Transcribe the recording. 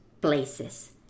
places